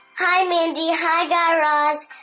hi, mindy. hi, guy raz.